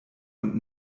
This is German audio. und